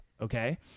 okay